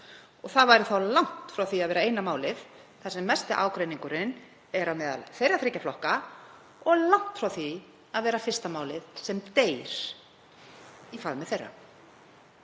Það væri þá langt frá því að vera eina málið þar sem mesti ágreiningurinn er meðal þeirra þriggja flokka og langt frá því að vera fyrsta málið sem deyr í faðmi þeirra.